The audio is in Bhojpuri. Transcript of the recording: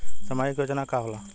सामाजिक योजना का होला?